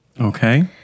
Okay